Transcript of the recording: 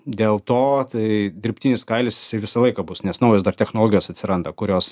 dėl to tai dirbtinis kailis jisai visą laiką bus nes naujos dar technologijos atsiranda kurios